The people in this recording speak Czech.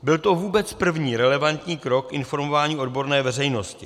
Byl to vůbec první relevantní krok informování odborné veřejnosti.